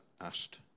asked